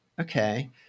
Okay